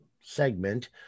segment